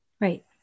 Right